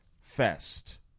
Fest